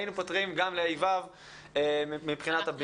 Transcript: היינו פותרים גם לכיתות ה'-ו' מבחינת הבינוי.